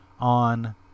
on